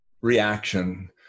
reaction